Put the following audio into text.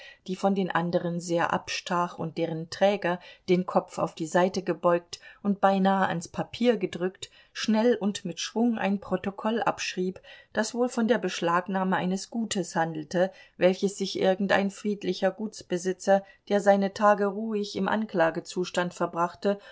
die von den anderen sehr abstach und deren träger den kopf auf die seite gebeugt und beinahe ans papier gedrückt schnell und mit schwung ein protokoll abschrieb das wohl von der beschlagnahme eines gutes handelte welches sich irgendein friedlicher gutsbesitzer der seine tage ruhig im anklagezustande verbrachte